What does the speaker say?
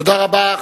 תודה רבה.